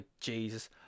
Jesus